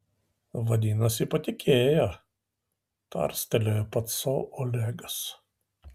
vadinasi patikėjo tarstelėjo pats sau olegas